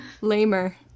Lamer